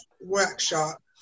workshop